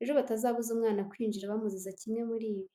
ejo batazabuza umwana kwinjira bamuziza kimwe muri ibi.